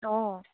অঁ